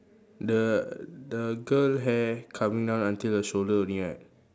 the the girl hair coming down until the shoulder only right